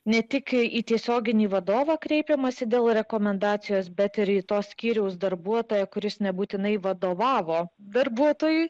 ne tik į tiesioginį vadovą kreipiamasi dėl rekomendacijos bet ir į to skyriaus darbuotoją kuris nebūtinai vadovavo darbuotojui